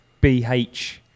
BH